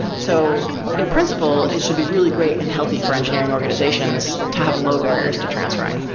so in principle, it should be really great and healthy for engineering organizations to have low barriers to transferring.